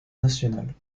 national